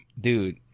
dude